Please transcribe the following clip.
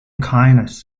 kindness